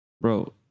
Bro